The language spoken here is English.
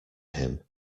him